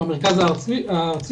או המרכז הארצי,